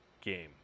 game